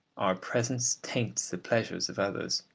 our presence taints the pleasures of others.